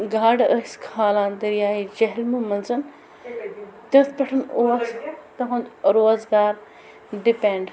گاڈٕ ٲس کھالان دریاے جہلم منٛز تٔتھۍ پٮ۪ٹھ اوس تِہُند روزگار ڈِپٮ۪نٛڈ